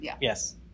yes